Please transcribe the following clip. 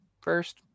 first